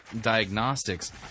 diagnostics